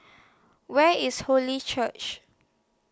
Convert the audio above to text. Where IS Holy Church